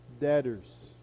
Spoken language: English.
debtors